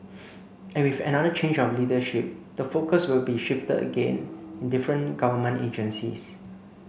and with another change of leadership the focus will be shifted again in different government agencies